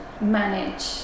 manage